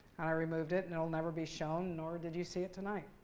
and i removed it, and it'll never be shown, nor did you see it tonight.